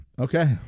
Okay